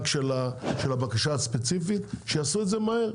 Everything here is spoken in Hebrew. של הבקשה הספציפית שיעשו את זה מהר,